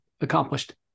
accomplished